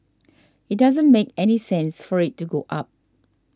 it doesn't make any sense for it to go up